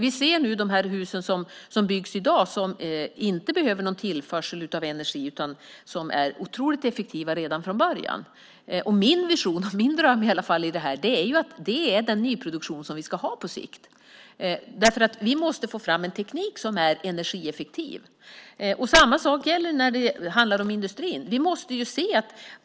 I dag byggs hus som inte behöver någon tillförsel av energi; de är oerhört effektiva redan från början. Min vision och dröm är att det är den typen av nyproduktion vi på sikt ska ha. Vi måste få fram en teknik som är energieffektiv. Samma sak gäller industrin.